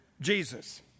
Jesus